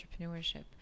entrepreneurship